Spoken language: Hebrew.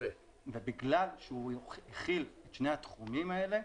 בגלל שהוא הכיל את שני התחומים האלה,